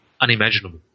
unimaginable